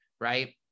right